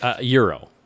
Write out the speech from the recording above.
Euro